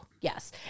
Yes